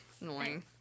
annoying